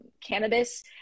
cannabis